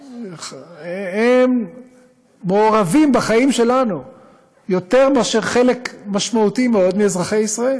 הם מעורבים בחיים שלנו יותר מאשר חלק משמעותי מאוד מאזרחי ישראל.